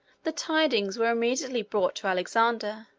the tidings were immediately brought to alexander,